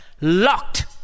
locked